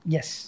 Yes